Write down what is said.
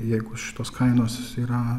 jeigu šitos kainos yra